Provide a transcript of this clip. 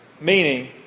Meaning